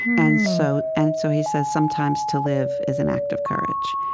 and so and so, he says, sometimes, to live is an act of courage.